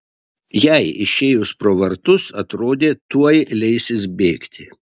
jai išėjus pro vartus atrodė tuoj leisis bėgti